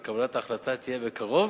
וקבלת ההחלטה תהיה בקרוב,